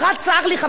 חבר הכנסת אקוניס,